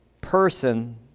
person